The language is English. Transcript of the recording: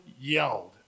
yelled